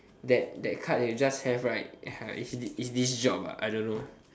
that that card you just have right it's this this job ah I don't know